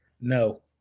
No